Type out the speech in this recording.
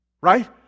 Right